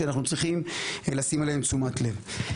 שאנחנו צריכים לשים עליהם תשומת לב.